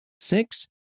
Six